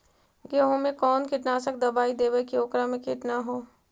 गेहूं में कोन कीटनाशक दबाइ देबै कि ओकरा मे किट न हो?